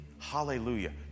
Hallelujah